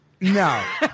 No